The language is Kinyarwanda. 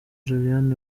lilian